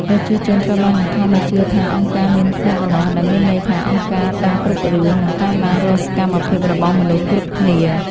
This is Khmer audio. ប្រជាជនត្រូវបានបង្ខំឱ្យជឿជាក់ថា «អង្គការមានភ្នែកម្នាស់» ដែលមានន័យថាអង្គការដឹងគ្រប់រឿង និងតាមដានរាល់សកម្មភាពរបស់មនុស្សគ្រប់គ្នា។